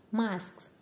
masks